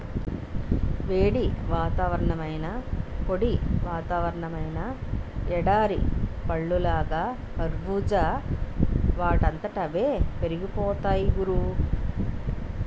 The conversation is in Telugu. వేడి వాతావరణమైనా, పొడి వాతావరణమైనా ఎడారి పళ్ళలాగా కర్బూజా వాటంతట అవే పెరిగిపోతాయ్ గురూ